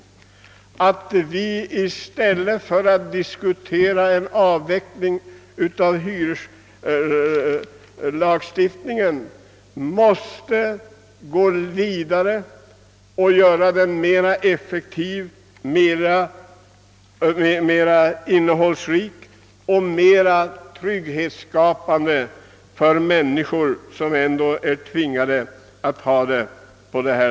I stället för att diskutera en avveckling av hyresregleringen anser jag att vi måste gå vidare och göra hyreslagstiftningen mera effektiv, innehållsrik och trygghetsskapande för alla de människor som nu kämpar med bostadssvårigheter.